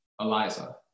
Eliza